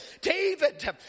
David